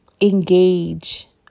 engage